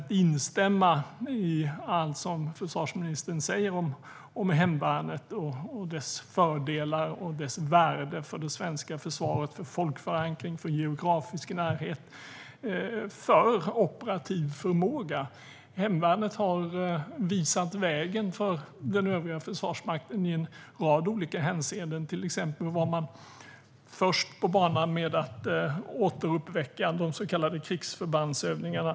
Jag kan instämma i allt som försvarsministern säger om hemvärnet och dess fördelar och värde för det svenska försvaret, för folkförankring, för geografisk närhet och för operativ förmåga. Hemvärnet har visat vägen för den övriga försvarsmakten i en rad olika hänseenden. Till exempel var man först på banan med att återuppväcka de så kallade krigsförbandsövningarna.